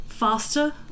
faster